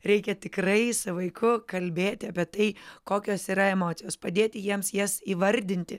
reikia tikrai su vaiku kalbėti apie tai kokios yra emocijos padėti jiems jas įvardinti